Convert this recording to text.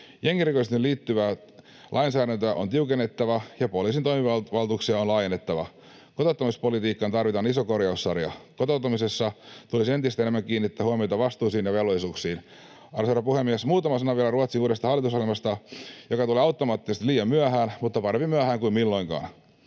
Jengirikollisuuteen liittyvää lainsäädäntöä on tiukennettava ja poliisin toimivaltuuksia on laajennettava. Kotouttamispolitiikkaan tarvitaan iso korjaussarja. Kotoutumisessa tulisi entistä enemmän kiinnittää huomiota vastuisiin ja velvollisuuksiin. Arvoisa herra puhemies! Muutama sana vielä Ruotsin uudesta hallitusohjelmasta, joka tulee auttamattomasti liian myöhään, mutta parempi myöhään kuin ei milloinkaan.